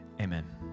amen